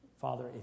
Father